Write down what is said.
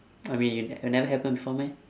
I mean never happen before meh